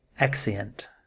Exeunt